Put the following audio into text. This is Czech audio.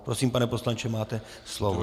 Prosím, pane poslanče, máte slovo.